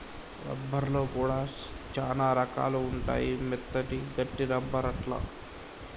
rubber లో కూడా చానా రకాలు ఉంటాయి మెత్తటి, గట్టి రబ్బర్ అట్లా